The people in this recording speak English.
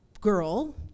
girl